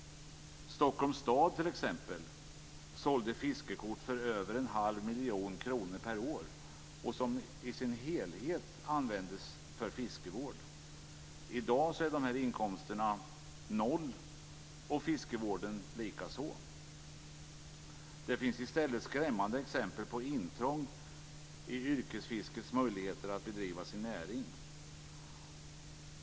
Stockholms stad sålde t.ex. fiskekort för över en halv miljon kronor per år, pengar som i sin helhet användes för fiskevård. I dag är dessa inkomster noll - och fiskevården likaså. Det finns i stället skrämmande exempel på intrång i yrkesfiskets möjligheter att bedriva sin näring.